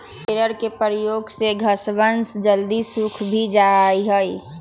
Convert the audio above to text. tedder के प्रयोग से घसवन जल्दी सूख भी जाहई